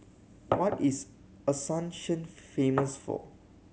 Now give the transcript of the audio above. what is Asuncion famous for